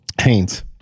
Haynes